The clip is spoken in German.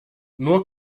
nur